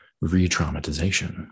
re-traumatization